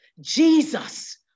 Jesus